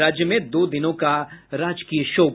राज्य में दो दिनों का राजकीय शोक